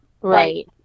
Right